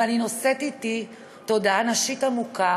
ואני נושאת איתי תודעה נשית עמוקה